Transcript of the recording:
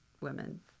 Women